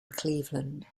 cleveland